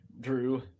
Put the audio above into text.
Drew